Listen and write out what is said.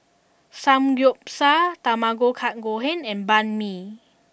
Samgeyopsal Tamago Kake Gohan and Banh Mi